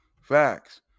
Facts